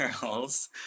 girls